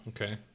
Okay